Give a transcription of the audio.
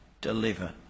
deliver